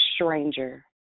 stranger